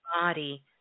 body